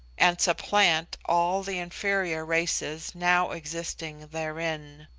and supplant all the inferior races now existing therein.